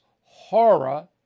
horror